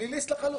עשה משהו פלילי.